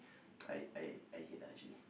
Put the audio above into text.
I I I hate lah actually